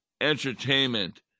entertainment